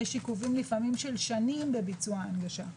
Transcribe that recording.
לפעמים יש עיכובים של שנים בביצוע ההנגשה,